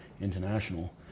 international